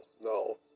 no